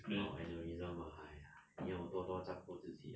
orh aneurysm ah 你要多多照顾自己 ah